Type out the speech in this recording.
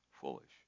foolish